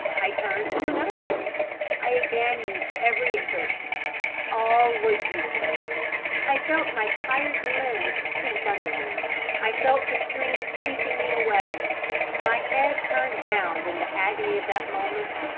i turned to another point i again used every exertion all was useless i felt my tired limbs sink under me i felt the stream sweeping me away my head turned round in the agony of that moment,